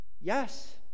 Yes